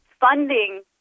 funding